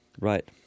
Right